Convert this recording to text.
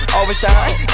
overshine